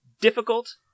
difficult